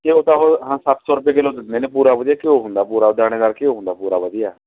ਘਿਓ ਤਾਂ ਹੁਣ ਹਾਂ ਸੱਤ ਸੌ ਰੁਪਏ ਕਿਲੋ ਦਿੰਦੇ ਨੇ ਪੂਰਾ ਵਧੀਆ ਘਿਓ ਹੁੰਦਾ ਪੂਰਾ ਦਾਣੇਦਾਰ ਘਿਓ ਹੁੰਦਾ ਪੂਰਾ ਵਧੀਆ